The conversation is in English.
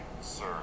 sir